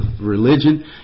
religion